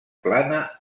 plana